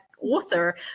author